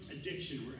addiction